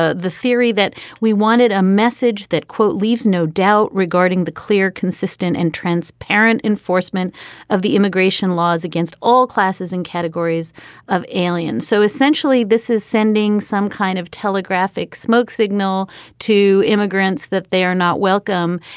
ah the theory that we wanted, a message that, quote, leaves no doubt regarding the clear, consistent and transparent enforcement of the immigration laws against all classes and categories of aliens. so essentially, this is sending some kind of telegraphic smoke signal to immigrants that they are not welcome.